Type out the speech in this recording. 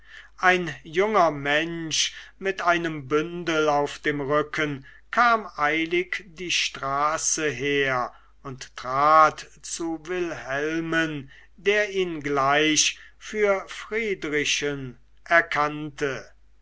ein junger mensch mit einem bündel auf dem rücken kam eilig die straße her und trat zu wilhelmen der ihn gleich für friedrichen erkannte